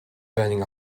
burning